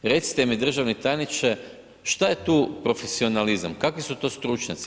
Recite mi državni tajniče šta je tu profesionalizam, kakvi su to stručnjaci?